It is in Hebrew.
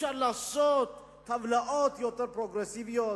אפשר לעשות טבלאות יותר פרוגרסיביות